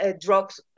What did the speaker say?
drugs